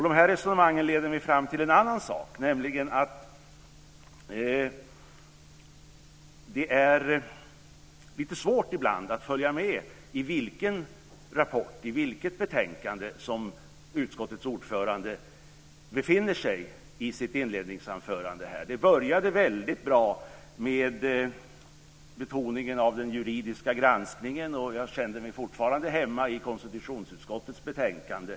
Dessa resonemang leder mig fram till en annan sak, nämligen att det ibland är lite svårt att följa med i i vilken rapport och vilket betänkande som utskottets ordförande befinner sig i sitt inledningsanförande. Det började väldigt bra med betoningen av den juridiska granskningen. Då kände jag mig fortfarande hemma i konstitutionsutskottets betänkande.